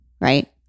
right